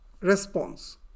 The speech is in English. response